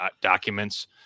documents